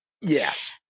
Yes